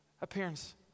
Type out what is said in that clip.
appearance